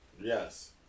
yes